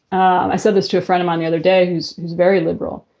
i said this to a friend of mine the other day who's who's very liberal.